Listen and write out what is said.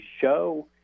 show